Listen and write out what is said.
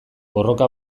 borroka